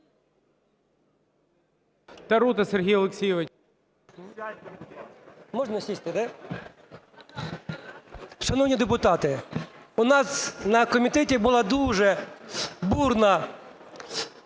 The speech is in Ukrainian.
Тарута Сергій Олексійович.